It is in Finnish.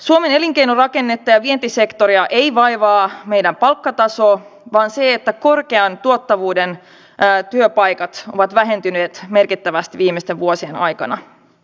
suomen elinkeinorakennetta ja vientisektoria ei vaivaa meidän palkkatasomme vaan se että korkean tuottavuuden työpaikat ovat vähentyneet merkittävästi viimeisten vuosien aikana